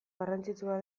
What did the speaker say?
garrantzitsua